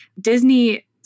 Disney